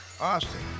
Austin